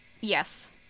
Yes